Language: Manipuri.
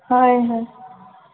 ꯍꯣꯏ ꯍꯣꯏ